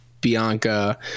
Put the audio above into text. Bianca